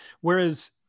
Whereas